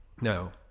Now